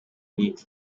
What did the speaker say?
nic